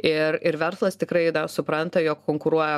ir ir verslas tikrai dar supranta jog konkuruoja